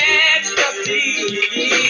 ecstasy